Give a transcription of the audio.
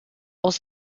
aus